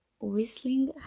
whistling